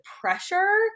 pressure